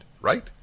right